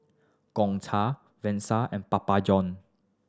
Gongcha Versace and Papa Johns